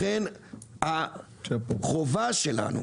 לכן החובה שלנו